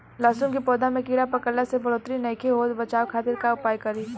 लहसुन के पौधा में कीड़ा पकड़ला से बढ़ोतरी नईखे होत बचाव खातिर का उपाय करी?